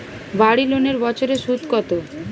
বাড়ি লোনের বছরে সুদ কত?